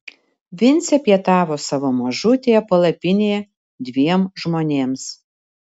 vincė pietavo savo mažutėje palapinėje dviem žmonėms